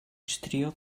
histrió